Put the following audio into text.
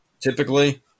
typically